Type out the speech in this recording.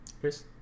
Chris